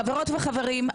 חברות וחברים,